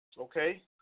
Okay